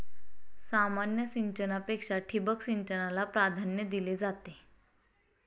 सामान्य सिंचनापेक्षा ठिबक सिंचनाला प्राधान्य दिले जाते